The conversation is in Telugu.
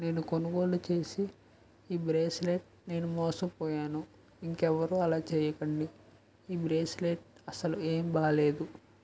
నేను కొనుగోలు చేసి ఈ బ్రేస్లెట్ నేను మోసపోయాను ఇంకెవరు అలా చేయకండి ఈ బ్రేస్లెట్ అసలు ఏమీ బాగలేదు